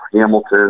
Hamilton